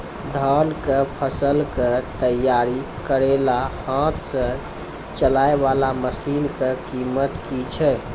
धान कऽ फसल कऽ तैयारी करेला हाथ सऽ चलाय वाला मसीन कऽ कीमत की छै?